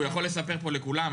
הוא יכול לספר פה לכולם,